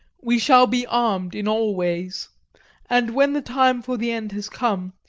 we shall all be armed, in all ways and when the time for the end has come,